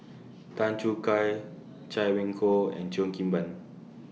Tan Choo Kai Chay Weng Yew and Cheo Kim Ban